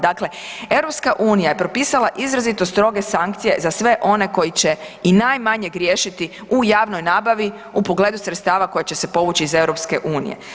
Dakle, EU je propisala izrazito stroge sankcije za sve one koji će i najmanje griješiti u javnoj nabavi u pogledu sredstava koja će se povući iz EU.